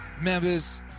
Members